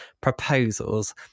proposals